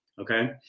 Okay